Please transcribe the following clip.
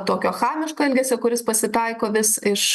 tokio chamiško elgesio kuris pasitaiko vis iš